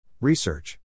Research